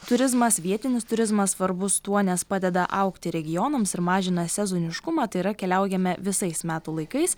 turizmas vietinis turizmas svarbus tuo nes padeda augti regionams ir mažina sezoniškumą tai yra keliaujame visais metų laikais